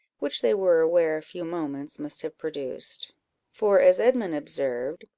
which they were aware a few moments must have produced for, as edmund observed,